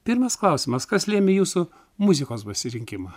pirmas klausimas kas lėmė jūsų muzikos pasirinkimą